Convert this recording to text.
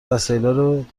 وسایلارو